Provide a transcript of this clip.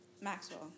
Maxwell